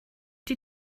die